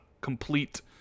complete